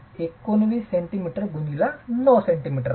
ते 19 cm x 9 cm आहे